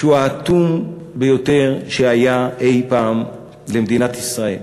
שהוא האטום ביותר שהיה אי-פעם למדינת ישראל,